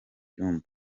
byuma